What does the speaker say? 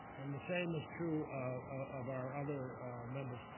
and the same is true of our other members.